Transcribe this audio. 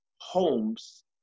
homes